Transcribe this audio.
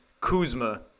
Kuzma